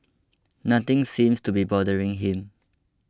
nothing seems to be bothering him